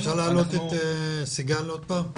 אנחנו --- אפשר להעלות את סיגל עוד פעם?